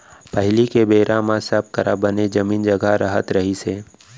पहिली के बेरा म सब करा बने जमीन जघा रहत रहिस हे